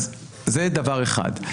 אז זה דבר אחד.